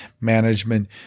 management